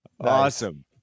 awesome